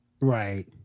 Right